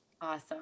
Awesome